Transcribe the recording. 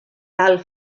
tal